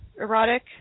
erotic